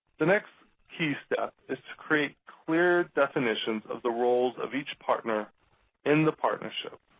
the next key step is to create clear definitions of the roles of each partner in the partnership.